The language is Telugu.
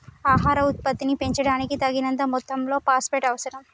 ఆహార ఉత్పత్తిని పెంచడానికి, తగినంత మొత్తంలో ఫాస్ఫేట్ అవసరం